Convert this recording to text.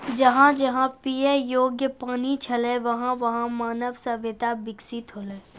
जहां जहां पियै योग्य पानी छलै वहां वहां मानव सभ्यता बिकसित हौलै